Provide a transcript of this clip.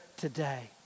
today